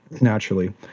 naturally